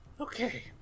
Okay